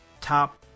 top